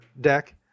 deck